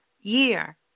year